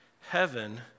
heaven